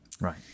right